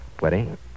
wedding